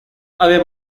ave